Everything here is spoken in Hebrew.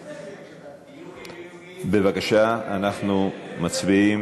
בבקשה, אנחנו מצביעים.